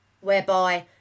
whereby